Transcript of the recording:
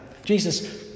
Jesus